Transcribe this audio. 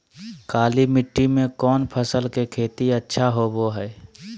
काली मिट्टी में कौन फसल के खेती अच्छा होबो है?